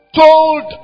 told